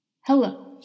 Hello